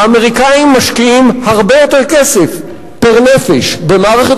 האמריקנים משקיעים הרבה יותר כסף פר-נפש במערכת